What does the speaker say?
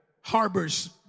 harbors